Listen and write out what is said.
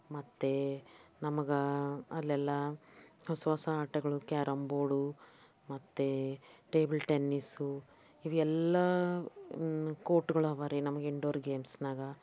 ಮತ್ತೆ ನಮಗೆ ಅಲ್ಲೆಲ್ಲ ಹೊಸ ಹೊಸ ಆಟಗಳು ಕ್ಯಾರಮ್ ಬೋರ್ಡು ಮತ್ತು ಟೇಬಲ್ ಟೆನ್ನಿಸು ಇವೆಲ್ಲ ಕೋರ್ಟುಗಳು ಅವ ರೀ ನಮ್ಗೆ ಇನ್ಡೋರ್ ಗೇಮ್ಸ್ನಾಗ